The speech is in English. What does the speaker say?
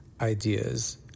ideas